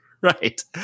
Right